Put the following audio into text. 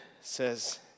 says